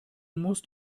musst